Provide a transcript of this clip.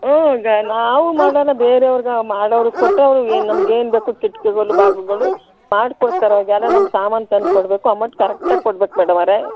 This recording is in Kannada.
ಹ್ಞೂ ಈಗ ನಾವು ಮಾಡೋಣ ಬೇರೆ ಅವ್ರ್ಗು ಮಾಡೊರಿಗೆ ಕೊಟ್ಟರೆ ಅವ್ರಿಗೆ ಏನು ನಮ್ಗೇನು ಬೇಕು ಕಿಟ್ಗಿಗೊಂದು ಬಾಗ್ಲಿಗೊಂದು ಮಾಡ್ಕೊಡ್ತಾರೆ ಜನ ನಮ್ಮ ಸಾಮಾನು ತಂದು ಕೊಡಬೇಕು ಅಮೌಂಟ್ ಕರೆಕ್ಟ್ ಆಗಿ ಕೊಡಬೇಕು ಮೇಡಮೋರೆ